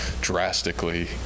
drastically